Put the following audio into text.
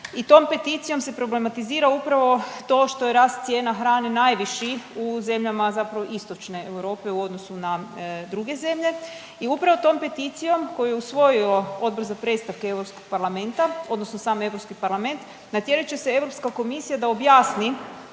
i tom peticijom se problematizira upravo to što je rast cijena hrane najviši u zemljama zapravo istočne Europe u odnosu na druge zemlje i upravo tom peticijom koju je usvojilo Odbor za predstavke EU parlamenta odnosno sam EU parlament, natjerat će se EU komisija da objasni